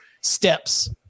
steps